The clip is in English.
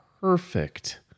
perfect